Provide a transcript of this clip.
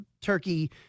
Turkey